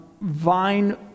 vine